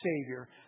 Savior